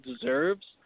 deserves